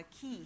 key